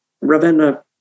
Ravenna